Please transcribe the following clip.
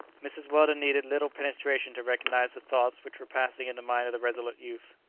mrs. weldon needed little penetration to recognize the thoughts which were passing in the mind of the resolute youth.